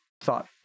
thought